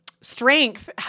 strength